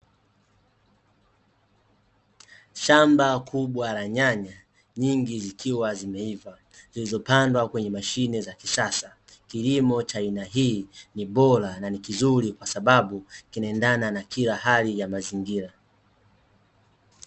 Shamba kubwa la nyanya, nyingi zikiwa zimeiva zilizopandwa kwenye mashine za kisasa. Kilimo cha aina hii , ni bora na ni kizuri kwasababu kinaendana na kila hali ya mazingira.